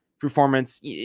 performance